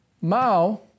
Mao